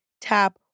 tap